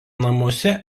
namuose